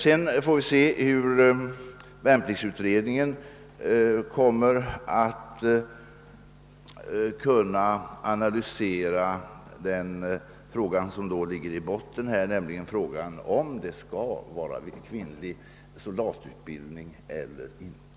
Vidare kommer vi att få ta del av värnpliktsutredningens analys av den grundläggande frågan om huruvida det skall finnas kvinnlig soldatutbildning eller inte.